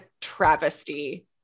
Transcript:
travesty